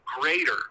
greater